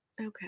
okay